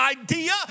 idea